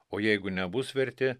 o jeigu nebus verti